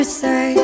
say